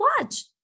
watch